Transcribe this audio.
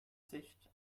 sicht